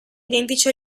identici